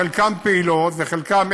חלקן פעילות וחלקן,